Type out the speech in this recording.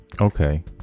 Okay